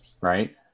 right